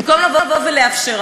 במקום לאפשר,